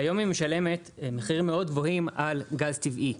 היום היא משלמת מחירים מאוד גבוהים על גז טבעי.